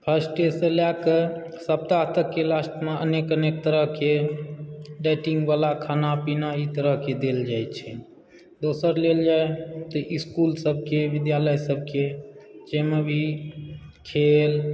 फस्टेसँ लए क सप्ताह तक के लास्ट मे अनेक अनेक तरह के डाइटिंग वला खाना पीना ई तरह के देल जाइ छै दोसर लेल जाइ तऽ स्कूल सबके विद्यालय सबके जाहिमे भी खेल